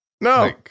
No